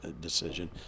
decision